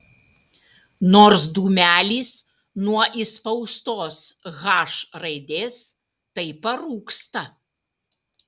nors dūmelis nuo įspaustos h raidės tai parūksta